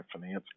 finance